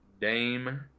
Dame